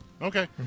Okay